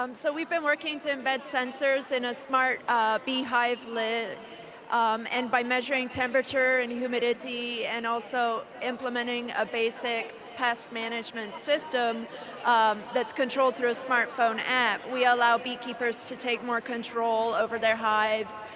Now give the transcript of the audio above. um so we've been working to embed sensors in a smart beehive lid um and by measuring temperature and humidity and also implementing a basic pest management system um that's controlled through a smart phone app, we allow beekeepers to take more control over their hives,